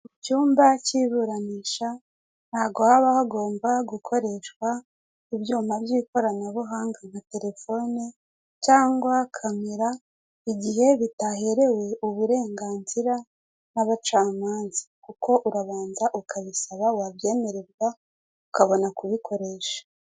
Mu cyumba k'iburanisha ntago haba hagomba gukoreshwa ibyuma by'ikoranabuganga nka terefone cyangwa kamera igihe bitaherewe uburenganzira n'abacamanza, kuko urabanza ukabisaba wabyemererwa ukabona kubikoresha